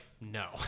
no